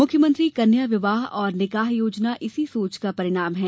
मुख्यमंत्री कन्या विवाह और निकाह योजना इसी सोच का परिणाम है